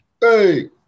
Hey